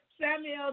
Samuel